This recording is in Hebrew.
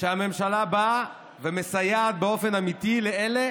שהממשלה באה ומסייעת באופן אמיתי לאלה